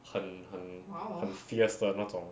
很很很 fierce 的那种